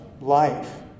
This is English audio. life